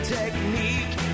technique